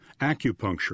acupuncture